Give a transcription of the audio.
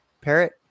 parrot